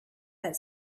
that